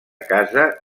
casa